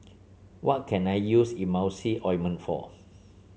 what can I use Emulsying Ointment for